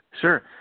Sure